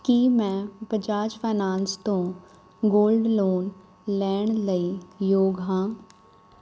ਕੀ ਮੈਂ ਬਜਾਜ ਫਾਈਨੈਂਸ ਤੋਂ gold loan ਲੈਣ ਲਈ ਯੋਗ ਹਾਂ